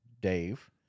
Dave